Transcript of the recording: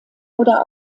oder